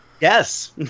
Yes